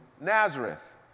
Nazareth